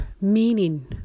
meaning